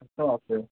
একদম আছে